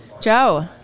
Joe